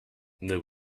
there